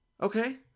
Okay